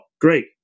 great